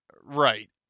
Right